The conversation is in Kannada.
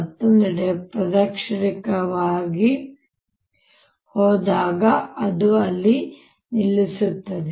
ಮತ್ತೊಂದೆಡೆ ಪ್ರದಕ್ಷಿಣಾಕಾರವಾಗಿ ಹೋದಾಗ ಅದನ್ನು ನಿಲ್ಲಿಸಲಾಗುತ್ತದೆ